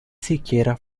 siquiera